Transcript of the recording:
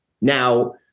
now